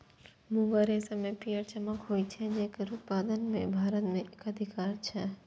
मूंगा रेशम मे पीयर चमक होइ छै, जेकर उत्पादन मे भारत के एकाधिकार छै